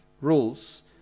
rules